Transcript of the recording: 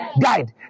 guide